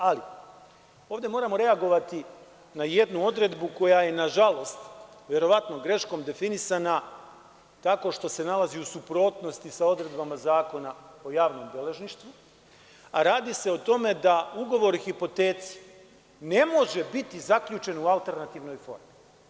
Ali, ovde moramo reagovati na jednu odredbu koja je nažalost, verovatno greškom, definisana tako što se nalazi u suprotnosti sa odredbama Zakona o javnom beležništvu, a radi se o tome da ugovor o hipoteci ne može biti zaključen u alternativnoj formi.